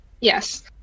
Yes